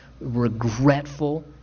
regretful